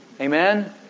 Amen